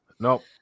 Nope